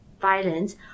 violence